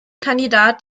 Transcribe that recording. kandidat